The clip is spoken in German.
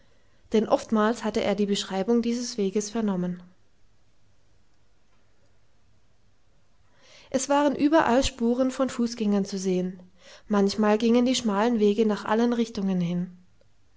denn oftmals hatte er die beschreibung dieses weges vernommen es waren überall spuren von fußgängern zu sehen manchmal gingen die schmalen wege nach allen richtungen hin